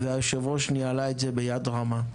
והיושב-ראש ניהלה את זה ביד רמה.